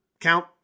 count